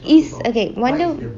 is okay wonder